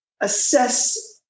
assess